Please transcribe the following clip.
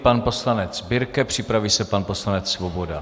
Pan poslanec Birke, připraví se pan poslanec Svoboda.